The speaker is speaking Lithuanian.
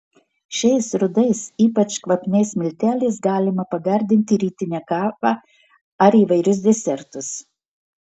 šiais rudais ypač kvapniais milteliais galima pagardinti rytinę kavą ar įvairius desertus